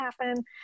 happen